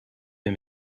bin